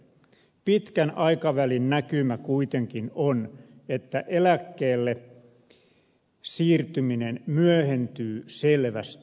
pitkän aikavälin näkymä kuitenkin on että eläkkeelle siirtyminen myöhentyy selvästi